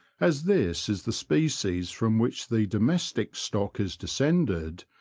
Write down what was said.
as this is the species from which the domestic stock is descended,